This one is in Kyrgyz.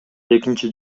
экинчи